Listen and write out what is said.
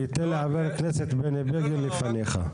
אני אתן לחבר הכנסת בני בגין לפניך.